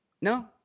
No